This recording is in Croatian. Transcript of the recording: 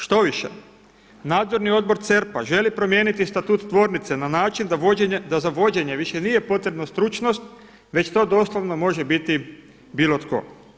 Štoviše, Nadzorni odbor CERP-a želi promijeniti statut tvornice na način da za vođenje više nije potrebno stručnost već to doslovno može biti bilo tko.